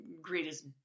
greatest